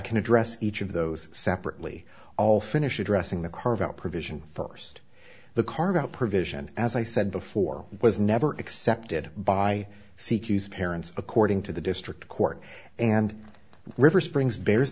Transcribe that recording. can address each of those separately all finish addressing the carve out provision first the card out provision as i said before it was never accepted by c q s parents according to the district court and river springs bears